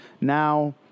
Now